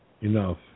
enough